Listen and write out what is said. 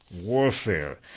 Warfare